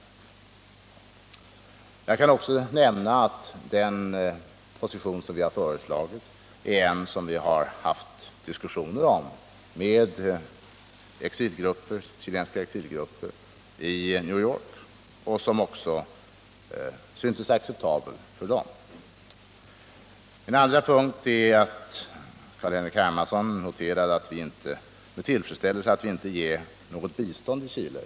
Jag kan också nämna att den position som vi har föreslagit är en position som vi har haft diskussioner med chilenska exilgrupper om i New York och som också föreföll att vara acceptabel för dem. En annan punkt är att Carl-Henrik Hermansson med tillfredsställelse noterade att vi inte längre ger något bistånd till Chile.